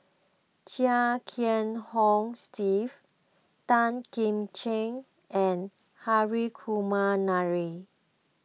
Chia Kiah Hong Steve Tan Kim Ching and Hri Kumar Nair